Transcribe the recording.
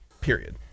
period